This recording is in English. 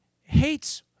hates